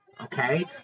Okay